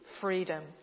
freedom